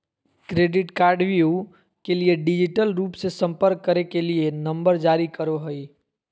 credit कार्डव्यू के लिए डिजिटल रूप से संपर्क करे के लिए नंबर जारी करो हइ